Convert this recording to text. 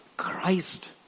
Christ